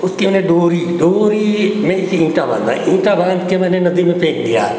उसकी मैंने डोरी डोरी में एक ईंटा बाँधा ईंटा बाँधकर मैंने नदी में फेंक दिया